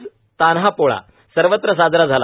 आज तान्हा पोळा सर्वत्र साजरा झाला